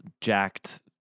jacked